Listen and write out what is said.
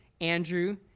andrew